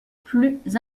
plus